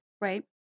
Right